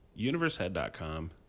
universehead.com